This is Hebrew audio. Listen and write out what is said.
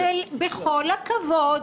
בכל הכבוד,